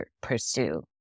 pursue